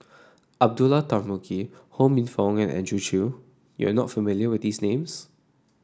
Abdullah Tarmugi Ho Minfong and Andrew Chew you are not familiar with these names